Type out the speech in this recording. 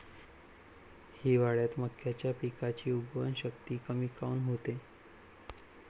हिवाळ्यात मक्याच्या पिकाची उगवन शक्ती कमी काऊन होते?